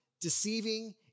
deceiving